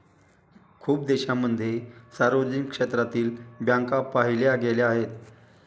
खूप देशांमध्ये सार्वजनिक क्षेत्रातील बँका पाहिल्या गेल्या आहेत